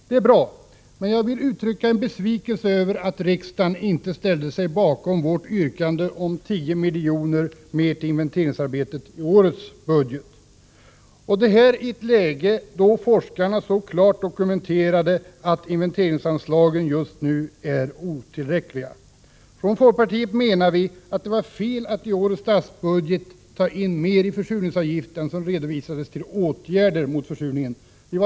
Det är bra, men jag vill uttrycka besvikelse över att riksdagen inte ställde sig bakom vårt yrkande om 10 milj.kr. mer till inventeringsarbete när det gäller årets budget — detta i ett läge då forskarna så klart dokumenterat att inventeringsanslagen just nu är otillräckliga. Folkpartiet menar att det var fel att i årets statsbudget ta in mer i försurningsavgift än vad som redovisades för åtgärder mot försurningen.